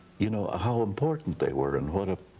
you know how important they were and what a